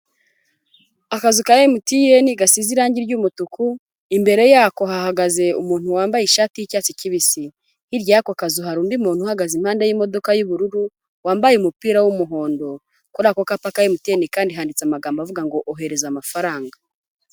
Akazu ka emutiyeni gasize irangi ry'umutuku imbere yako hahagaze umuntu wambaye ishati y'cyatsi kibisi, hirya yako kazu hari undi muntu uhagaze impande y'imodoka y'ubururu wambaye umupira w'umuhondo. Kuri ako kapa ka emutiyeni kandi handitse amagambo avuga ngo ohereza amafaranga.